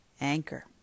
Anchor